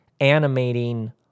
animating